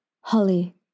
Holly